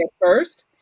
first